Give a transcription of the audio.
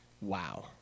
Wow